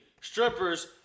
strippers